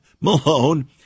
Malone